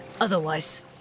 otherwise